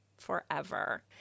forever